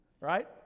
Right